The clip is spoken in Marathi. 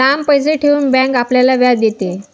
लांब पैसे ठेवून बँक आपल्याला व्याज देते